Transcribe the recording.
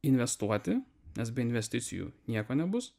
investuoti nes be investicijų nieko nebus